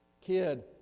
kid